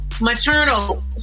maternal